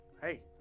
Hey